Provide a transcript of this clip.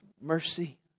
mercy